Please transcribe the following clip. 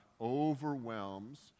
overwhelms